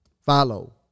Follow